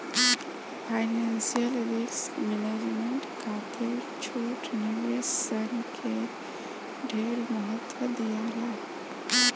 financial risk management खातिर छोट निवेश सन के ढेर महत्व दियाला